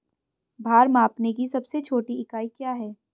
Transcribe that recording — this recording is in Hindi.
भार मापने की सबसे छोटी इकाई क्या है?